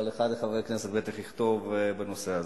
אבל אחד מחברי הכנסת בטח יכתוב בנושא הזה.